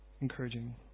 encouraging